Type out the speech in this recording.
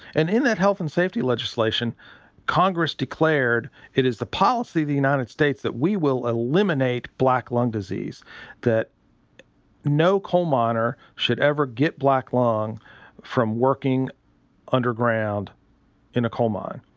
and in that health and safety legislation congress declared it is the policy the united states that we will eliminate black lung disease that no coal miner should ever get black lung from working underground in a coal mine.